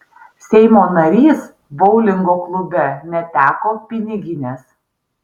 seimo narys boulingo klube neteko piniginės